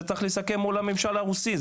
צריך לסכם את זה מול הממשל הרוסי,